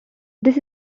this